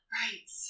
right